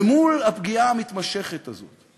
ומול הפגיעה המתמשכת הזו,